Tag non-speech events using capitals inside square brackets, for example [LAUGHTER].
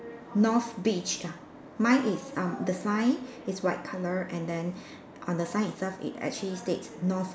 North beach ya mine is um the sign is white colour and then [BREATH] on the sign itself it actually states North